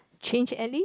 change alley